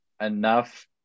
enough